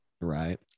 Right